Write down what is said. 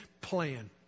plan